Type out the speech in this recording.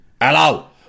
hello